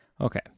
Okay